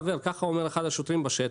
חבר" כך הוא אומר אחד השוטרים בשטח.